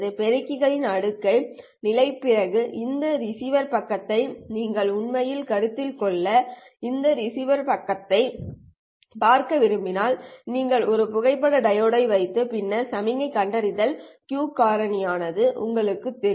பெருக்கிகளின் அடுக்கை நிலை பிறகு இந்த ரிசீவர் பக்கத்தை நீங்கள் உண்மையில் கருத்தில் கொள்ள விரும்பினால் நீங்கள் ஒரு புகைப்பட டையோடு வைத்து பின்னர் சமிக்ஞைகண்டறிந்தால் Q காரணி ஆனது உங்களுக்குத் தெரியும்